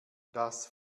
das